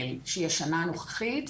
שהיא השנה הנוכחית,